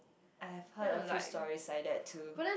I have heard a few stories like that too